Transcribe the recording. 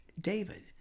David